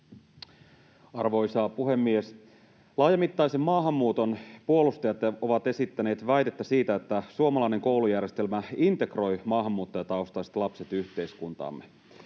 Arvoisa puhemies! Laajamittaisen maahanmuuton puolustajat ovat esittäneet väitettä siitä, että suomalainen koulujärjestelmä integroi maahanmuuttajataustaiset lapset yhteiskuntaamme.